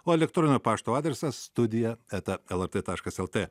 o elektroninio pašto adresas studija eta lrt taškas lt